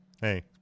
Hey